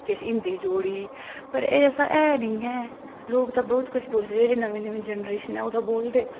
किश हिंदी जोड़ी पर ऐसा ऐ नी ऐ लोक तां बहुत कुछ बोलदे एह् जेड़ी नमीं नमीं जेनरेशन ओह् ता बोलदे